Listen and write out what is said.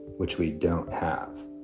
which we don't have.